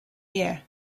year